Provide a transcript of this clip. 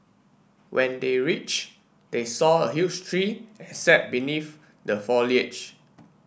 when they reach they saw a huge tree and sat beneath the foliage